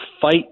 fight